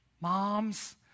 moms